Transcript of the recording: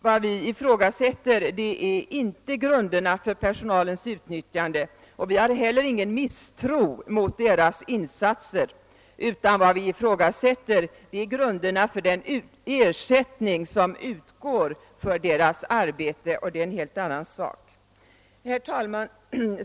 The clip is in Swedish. Vad vi ifrågasätter är inte grunderna för personalens utnyttjande — och vi hyser inte heller någon misstro mot personalens insatser — utan vad vi ifrågasätter är grunderna för den ersättning som utgår för personalens arbete. Det är en helt annan sak.